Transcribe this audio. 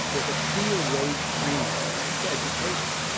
there's a clear wage premium to education.